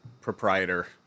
proprietor